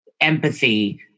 empathy